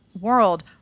world